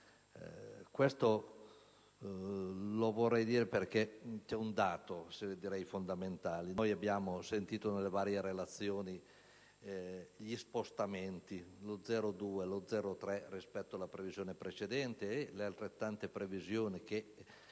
Questo, lo vorrei dire, perché c'è un dato a mio avviso fondamentale: abbiamo sentito nelle varie relazioni gli spostamenti - lo 0,2, lo 0,3 - rispetto alla previsione precedente e le altrettante previsioni che